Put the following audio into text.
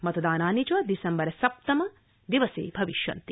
मतदानानि च दिसम्बर सप्तमे दिवसे भविष्यन्ति